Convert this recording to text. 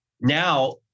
Now